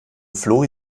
flori